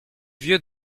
vieux